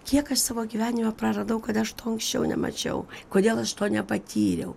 kiek aš savo gyvenime praradau kad aš to anksčiau nemačiau kodėl aš to nepatyriau